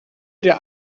der